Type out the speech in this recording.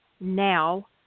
now